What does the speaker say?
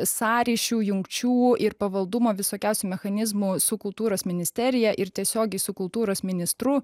sąryšių jungčių ir pavaldumo visokiausių mechanizmų su kultūros ministerija ir tiesiogiai su kultūros ministru